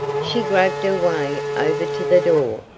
she groped her way over to the door.